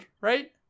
right